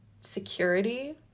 security